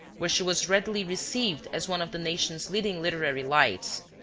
where she was readily received as one of the nation's leading literary lights.